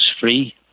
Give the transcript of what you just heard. free